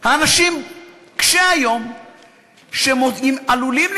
האנשים קשי-היום שהם עלולים,